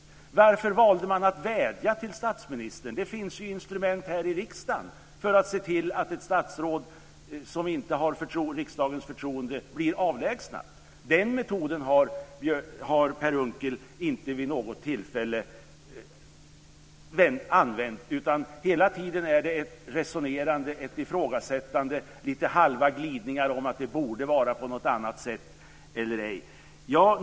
Varför valde man att vädja till statsministern? Det finns ju instrument här i riksdagen för att se till att ett statsråd som inte har riksdagens förtroende blir avlägsnat. Den metoden har Per Unckel inte vid något tillfälle använt, utan hela tiden är det ett resonerande, ett ifrågasättande och lite av halva glidningar om huruvida det borde vara på annat sätt eller ej.